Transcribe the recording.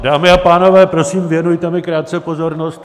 Dámy a pánové, prosím, věnujte mi krátce pozornost.